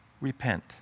repent